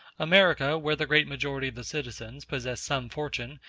america, where the great majority of the citizens possess some fortune,